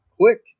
quick